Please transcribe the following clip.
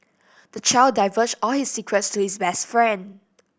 the child divulged all his secrets to his best friend